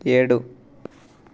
ఏడు